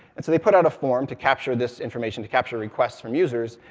and so they put out a form to capture this information, to capture requests from users,